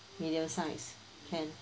medium size can